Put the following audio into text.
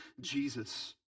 Jesus